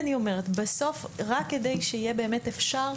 בסוף רק כדי שיהיה אפשר,